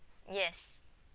yes